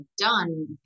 done